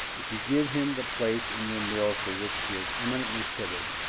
if you give him the place in your mill for which he is eminently fitted,